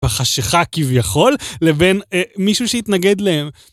בחשיכה כביכול לבין מישהו שיתנגד להם.